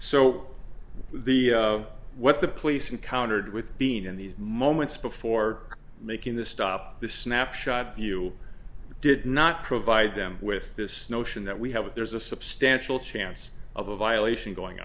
so the what the police encountered with being in the moments before making the stop the snapshot view did not provide them with this notion that we have that there's a substantial chance of a violation going